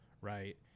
right